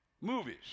movies